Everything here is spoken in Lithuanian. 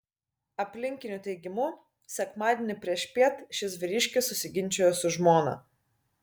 aplinkinių teigimu sekmadienį priešpiet šis vyriškis susiginčijo su žmona